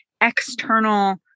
external